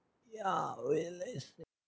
ya wait let's see